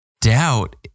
doubt